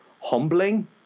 humbling